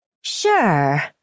Sure